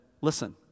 listen